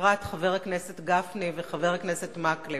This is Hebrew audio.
ובפרט חבר הכנסת גפני וחבר הכנסת מקלב,